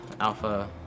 Alpha